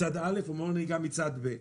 מצד א' או מורי נהיגה מצד ב',